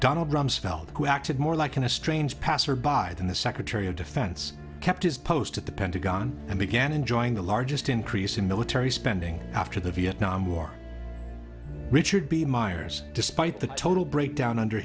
donald rumsfeld who acted more like in a strange passer by than the secretary of defense kept his post at the pentagon and began enjoying the largest increase in military spending after the vietnam war richard b myers despite the total breakdown under